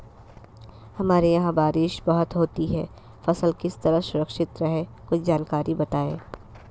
हमारे यहाँ बारिश बहुत होती है फसल किस तरह सुरक्षित रहे कुछ जानकारी बताएं?